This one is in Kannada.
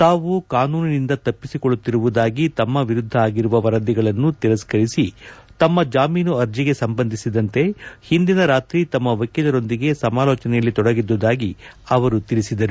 ತಾವು ಕಾನೂನಿನಿಂದ ತಪ್ಸಿಸಿಕೊಳ್ಳುತ್ತಿರುವುದಾಗಿ ತಮ್ಮ ವಿರುದ್ದ ಆಗಿರುವ ವರದಿಗಳನ್ನು ತಿರಸ್ನರಿಸಿ ತಮ್ಮ ಜಾಮೀನು ಅರ್ಜಿಗೆ ಸಂಬಂಧಿಸಿದಂತೆ ಹಿಂದಿನ ರಾತ್ರಿ ತಮ್ಮ ವಕೀಲರೊಂದಿಗೆ ಸಮಾಲೋಚನೆಯಲ್ಲಿ ತೊಡಗಿದ್ದುದಾಗಿ ತಿಳಿಸಿದರು